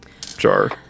jar